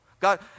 God